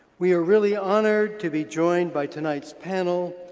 we are really honored to be joined by tonight's panel.